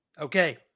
Okay